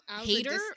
Hater